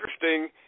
interesting